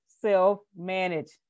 self-manage